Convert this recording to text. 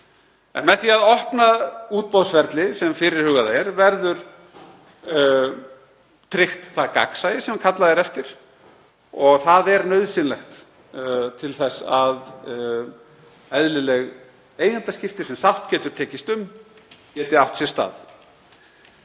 En með því opna útboðsferli sem fyrirhugað er verður tryggt það gagnsæi sem kallað er eftir og það er nauðsynlegt til þess að eðlileg eigendaskipti sem sátt getur tekist um geti átt sér stað.